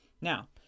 Now